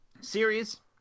series